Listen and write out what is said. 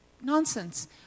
nonsense